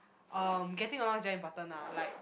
um getting along is very important ah like